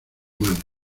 manos